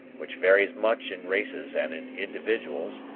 which varies much in races and in individuals,